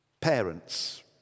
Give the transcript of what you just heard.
Parents